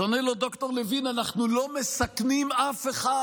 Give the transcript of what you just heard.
אז אומר לו ד"ר לוין: אנחנו לא מסכנים אף אחד.